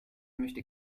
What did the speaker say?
möchte